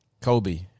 Kobe